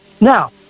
Now